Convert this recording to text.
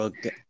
Okay